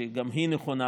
שגם היא נכונה,